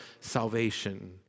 salvation